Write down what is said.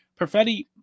Perfetti